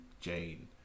Jane